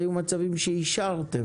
היו מצבים שאישרתם.